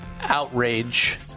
Outrage